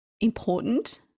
important